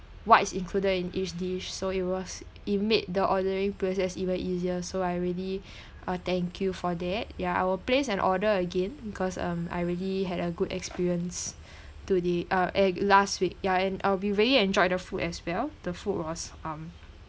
what is included in each dish so it was it made the ordering process even easier so I already uh thank you for that yeah I will place an order again because um I really had a good experience to the uh eh last week yeah and uh we really enjoyed the food as well the food was um